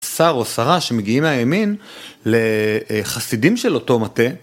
שר או שרה שמגיעים מהימין, לחסידים של אותו מטה.